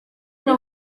una